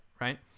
right